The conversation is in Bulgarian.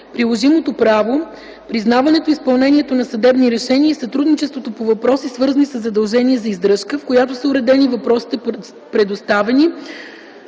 приложимото право, признаването и изпълнението на съдебни решения и сътрудничеството по въпроси, свързани със задължения за издръжка”, в която са уредени въпросите, предоставени